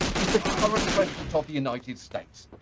is the current president of the united states.